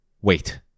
wait